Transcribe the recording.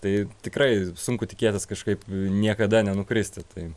tai tikrai sunku tikėtis kažkaip niekada nenukristi tai